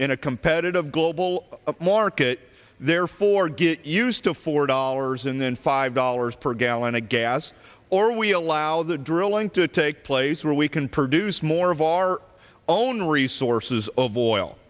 in a competitive global market therefore get used to four dollars and then five dollars per gallon of gas or we allow the dream going to take place where we can produce more of our own resources of oil